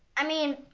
i mean,